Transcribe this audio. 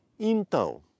então